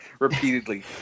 Repeatedly